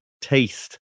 taste